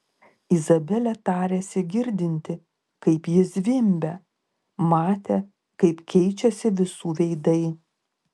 izabelė tarėsi girdinti kaip ji zvimbia matė kaip keičiasi visų veidai